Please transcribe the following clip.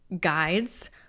guides